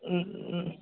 ம் ம்